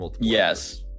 yes